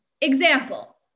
Example